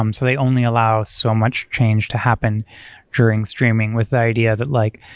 um so they only allow so much change to happen during streaming with the idea that like,